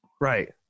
right